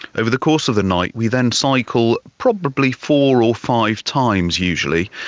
over the course of the night we then cycle probably four or five times usually,